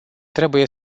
trebuie